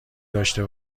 داشته